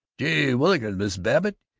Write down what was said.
gee whillikins, mrs. babbitt,